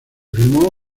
filmó